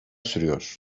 sürüyor